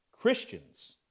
Christians